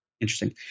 interesting